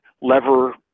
lever